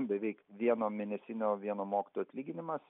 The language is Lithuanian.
beveik vieno mėnesinio vieno mokytojo atlyginimas